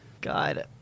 God